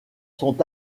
sont